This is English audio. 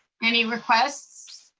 any requests?